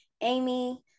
Amy